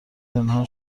پنهان